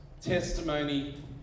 testimony